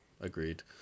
agreed